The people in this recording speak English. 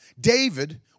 David